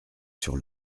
sur